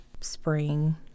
spring